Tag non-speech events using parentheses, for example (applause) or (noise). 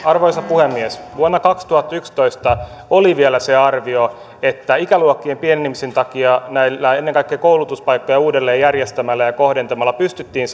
(unintelligible) arvoisa puhemies vuonna kaksituhattayksitoista oli vielä se arvio että ikäluokkien pienenemisen takia ennen kaikkea koulutuspaikkoja uudelleenjärjestämällä ja kohdentamalla pystyttiin (unintelligible)